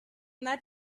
that